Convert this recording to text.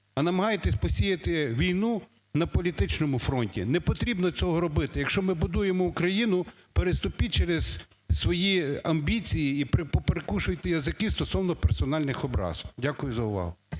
а намагаєтесь посіяти війну на політичному фронті. Не потрібно цього робити. Якщо ми будуємо Україну, переступіть через свої амбіції і поприкушуйте язики стосовно персональних образ. Дякую за увагу.